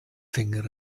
finger